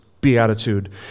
Beatitude